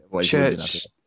church